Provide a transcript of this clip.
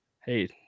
Hey